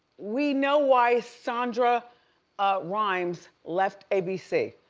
we know why so shonda ah rhimes left abc.